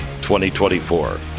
2024